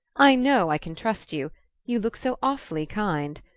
i know i can trust you you look so awfully kind.